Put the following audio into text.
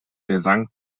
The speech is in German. der